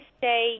say